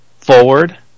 forward